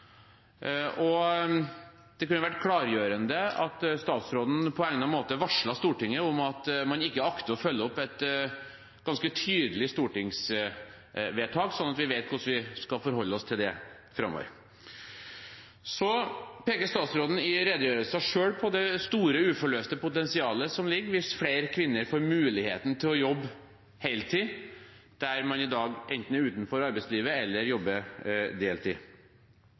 Det kunne vært klargjørende at statsråden på egnet måte varslet Stortinget om at man ikke akter å følge opp et ganske tydelig stortingsvedtak, slik at vi vet hvordan vi skal forholde oss til det framover. Statsråden peker selv i redegjørelsen på det store, uforløste potensialet som ligger der hvis flere kvinner får muligheten til å jobbe heltid der man i dag enten er utenfor arbeidslivet eller jobber deltid.